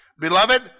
Beloved